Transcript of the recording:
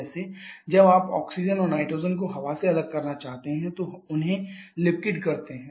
जैसे जब आप ऑक्सीजन और नाइट्रोजन को हवा से अलग करना चाहते हैं तो उन्हें लिक्विड करते हैं